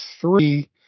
three